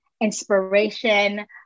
inspiration